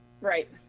Right